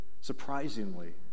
surprisingly